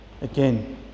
Again